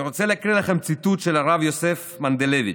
אני רוצה להקריא לכם ציטוט של הרב יוסף מנדלביץ',